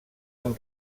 amb